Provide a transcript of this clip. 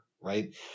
right